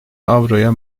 avroya